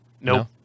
Nope